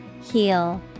Heal